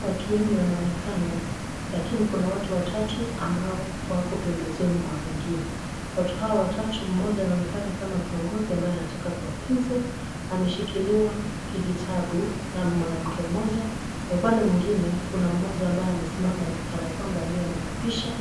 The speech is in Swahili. Watu wengi wanonekana lakini kuna watu watatu ambao wako pembezoni mwa wengine. Watu hawa watatu mmoja anaonekana kama kiongozi ambaye anataka kuapishwa, ameshikiliwa kijitabu na mwanamke mmoja na upande mwingine kuna mmoja ambaye amesimama ni kana kwamba ndiye anamuapisha